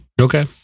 Okay